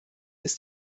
ist